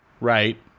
right